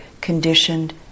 conditioned